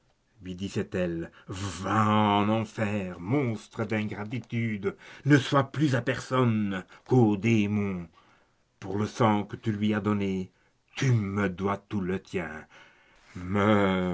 lui disait-elle va en enfer monstre d'ingratitude ne sois plus à personne qu'au démon pour le sang que tu lui as donné tu me dois tout le tien